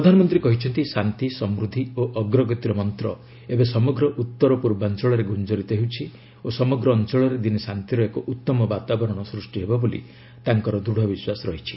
ପ୍ରଧାନମନ୍ତ୍ରୀ କହିଛନ୍ତି ଶାନ୍ତି ସମୃଦ୍ଧି ଓ ଅଗ୍ରଗତିର ମନ୍ତ୍ର ଏବେ ସମଗ୍ର ଉତ୍ତର ପୂର୍ବାଞ୍ଚଳରେ ଗୁଞ୍ଜରିତ ହେଉଛି ଓ ସମଗ୍ର ଅଞ୍ଚଳରେ ଦିନେ ଶାନ୍ତିର ଏକ ଉତ୍ତମ ବାତାବରଣ ସୃଷ୍ଟି ହେବ ବୋଲି ତାଙ୍କର ଦୂତ୍ ବିଶ୍ୱାସ ରହିଛି